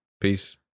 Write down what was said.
Peace